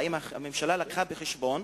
האם הממשלה הביאה זאת בחשבון,